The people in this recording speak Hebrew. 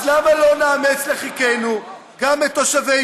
אז למה לא נאמץ לחיקנו גם את תושבי